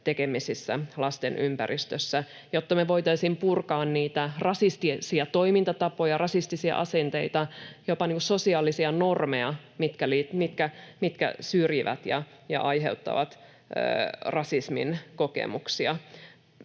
tekemisissä lasten ympäristössä, jotta me voitaisiin purkaa niitä rasistisia toimintatapoja, rasistisia asenteita, jopa sosiaalisia normeja, mitkä syrjivät ja aiheuttavat rasismin kokemuksia.